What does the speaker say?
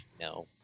no